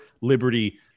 liberty